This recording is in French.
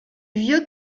vieux